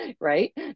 right